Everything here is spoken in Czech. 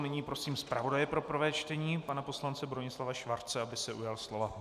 Nyní prosím zpravodaje pro prvé čtení pana poslance Bronislava Schwarze, aby se ujal slova.